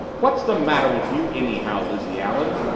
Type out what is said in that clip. what's the matter with you anyhow, lizzie allen?